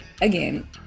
again